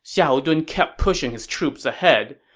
xiahou dun kept pushing his troops ahead.